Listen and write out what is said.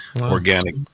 organic